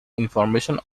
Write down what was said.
information